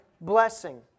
blessing